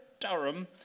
Durham